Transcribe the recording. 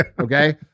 Okay